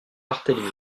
barthélemy